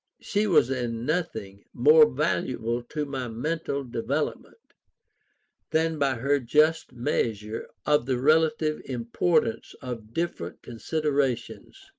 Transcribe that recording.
she was in nothing more valuable to my mental development than by her just measure of the relative importance of different considerations,